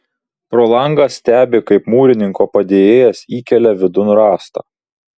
pro langą stebi kaip mūrininko padėjėjas įkelia vidun rąstą